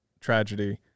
tragedy